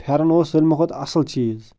پھٮ۪رن اوس سالِمو کھۄتہٕ اَصٕل چیٖز